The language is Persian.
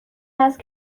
است